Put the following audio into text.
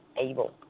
able